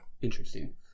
interesting